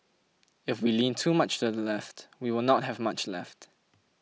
if we lean too much to the left we will not have much left